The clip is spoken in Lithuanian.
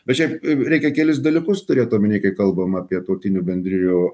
bet žiūrėk reikia kelis dalykus turėt omeny kai kalbama apie tautinių bendrijų